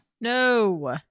No